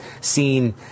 seen